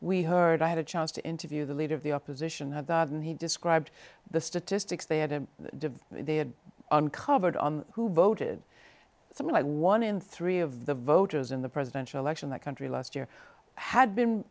we heard i had a chance to interview the leader of the opposition and he described the statistics they had a they had uncovered who voted something like one in three of the voters in the presidential election that country last year had been